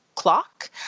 clock